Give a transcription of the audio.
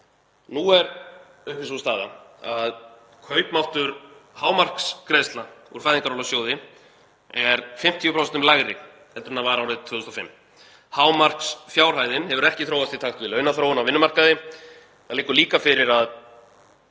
Nú er uppi sú staða að kaupmáttur hámarksgreiðslna úr Fæðingarorlofssjóði er 50% lægri heldur en hann var árið 2005. Hámarksfjárhæðin hefur ekki þróast í takt við launaþróun á vinnumarkaði. Það liggur líka fyrir að